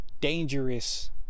dangerous